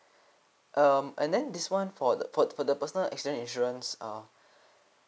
um and then this one for the for the for the personal accident insurance uh